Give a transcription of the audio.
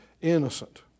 innocent